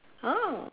oh